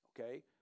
okay